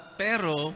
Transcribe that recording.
pero